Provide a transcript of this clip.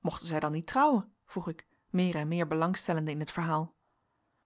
mochten zij dan niet trouwen vroeg ik meer en meer belang stellende in het verhaal